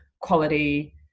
quality